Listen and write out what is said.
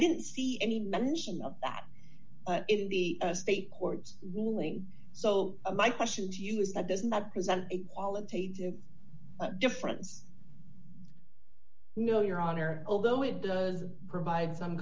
didn't see any mention of that in the state courts ruling so my question to you is that doesn't that present a qualitative difference no your honor although it does provide some